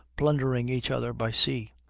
plundering each other by sea.